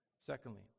Secondly